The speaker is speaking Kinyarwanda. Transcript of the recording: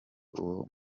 uwo